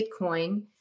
Bitcoin